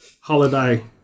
holiday